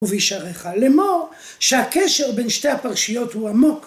ובשעריך לאמור, שהקשר בין שתי הפרשיות הוא עמוק.